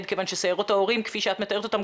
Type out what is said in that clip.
כיוון שסיירות ההורים כפי שאת מתארת אותן,